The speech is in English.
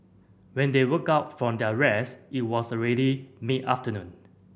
when they woke up from their rest it was already mid afternoon